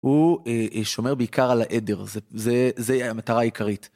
הוא אה... אה... שומר בעיקר על העדר, ז... זה... זה המטרה העיקרית.